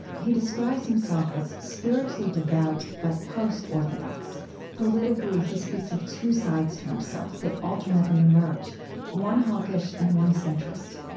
he describes himself as spiritually devout, but post-orthodox politically he speaks of two sides to himself that alternately emerge one hawkish and one centrist.